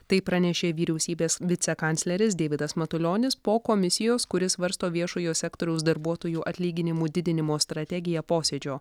tai pranešė vyriausybės vicekancleris deividas matulionis po komisijos kuri svarsto viešojo sektoriaus darbuotojų atlyginimų didinimo strategiją posėdžio